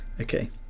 Okay